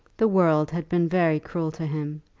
the world had been very cruel to him,